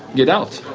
get out.